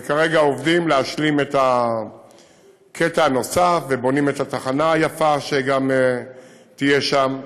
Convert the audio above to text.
וכרגע עובדים להשלים את הקטע הנוסף ובונים את התחנה היפה שתהיה שם.